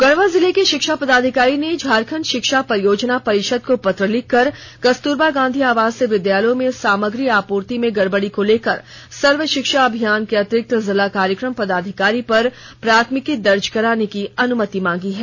गढ़वा जिले के शिक्षा पदाधिकारी ने झारखंड शिक्षा परियोजना परिषद को पत्र लिखकर कस्तुरबा गांधी आवासीय विद्यालयों में सामग्री आपूर्ति में गड़बड़ी को लेकर सर्व शिक्षा अभियान के अतिरिक्त जिला कार्यक्रम पदाधिकारी पर प्राथमिकी दर्ज कराने की अनुमति मांगी है